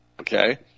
okay